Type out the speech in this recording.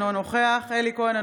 אינו נוכח אלי כהן,